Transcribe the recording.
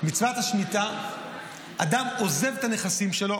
במצוות השמיטה אדם עוזב את הנכסים שלו,